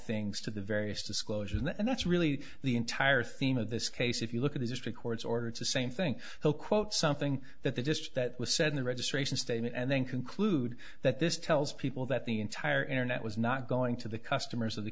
things to the various disclosures and that's really the entire theme of this case if you look at the district court's order to same thing quote something that they just that was said in the registration statement and then conclude that this tells people that the entire internet was not going to the customers of the